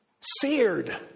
Seared